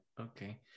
Okay